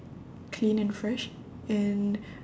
clean and fresh and